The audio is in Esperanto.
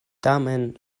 tamen